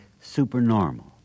supernormal